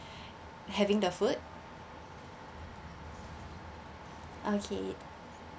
having the food okay